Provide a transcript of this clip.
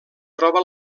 troba